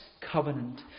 covenant